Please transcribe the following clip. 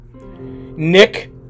Nick